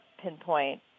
pinpoint